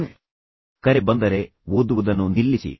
phone ಕರೆ ಬಂದರೆ ಓದುವುದನ್ನು ನಿಲ್ಲಿಸಿ